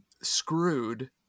Screwed